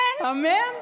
Amen